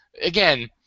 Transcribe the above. again